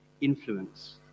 influence